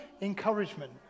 encouragement